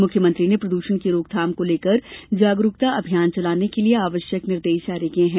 मुख्यमंत्री ने प्रदूषण की रोकथाम को लेकर जागरूकता अभियान चलाने के लिए आवश्यक निर्देश जारी किये हैं